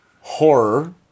horror